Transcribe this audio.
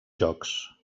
jocs